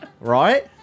Right